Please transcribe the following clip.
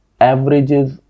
averages